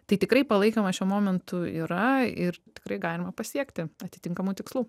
tai tikrai palaikymas šiuo momentu yra ir tikrai galima pasiekti atitinkamų tikslų